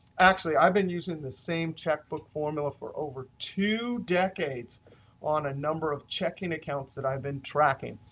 actually, i've been using the same checkbook formula for over two decades on a number of checking accounts that i've been tracking,